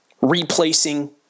replacing